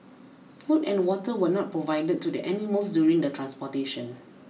food and water were not provided to the animals during the transportation